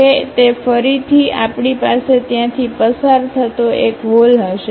હવે તે ફરીથી આપણી પાસે ત્યાંથી પસાર થતો એક હોલ હશે